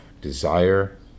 desire